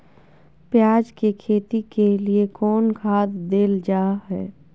प्याज के खेती के लिए कौन खाद देल जा हाय?